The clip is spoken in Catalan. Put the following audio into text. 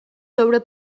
sobre